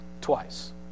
twice